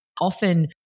often